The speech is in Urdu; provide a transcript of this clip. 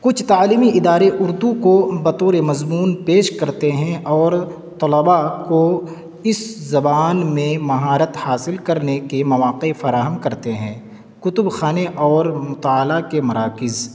کچھ تعلیمی ادارے اردو کو بطور مضمون پیش کرتے ہیں اور طلباء کو اس زبان میں مہارت حاصل کرنے کے مواقع فراہم کرتے ہیں کتب خانے اور مطالعہ کے مراکز